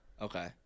okay